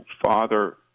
Father